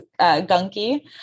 gunky